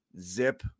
zip